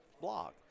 blog